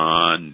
on